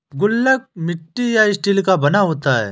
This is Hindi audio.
गुल्लक मिट्टी या स्टील का बना होता है